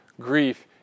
grief